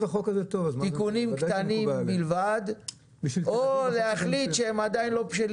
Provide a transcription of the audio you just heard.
תיקונים קטנים בלבד או להחליט שהם עדיין לא בשלים